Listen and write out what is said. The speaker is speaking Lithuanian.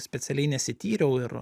specialiai nesityriau ir